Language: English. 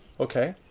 okay,